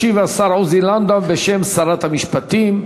ישיב השר עוזי לנדאו בשם שרת המשפטים.